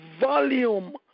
volume